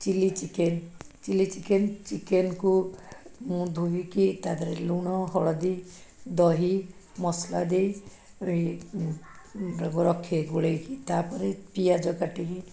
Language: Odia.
ଚିଲି ଚିକେନ୍ ଚିଲି ଚିକେନ୍ ଚିକେନ୍କୁ ମୁଁ ଧୋଇକି ତା ଦେହରେ ଲୁଣ ହଳଦୀ ଦହି ମସଲା ଦେଇ ରଖେ ଗୋଳେଇକି ତା'ପରେ ପିଆଜ କାଟିକି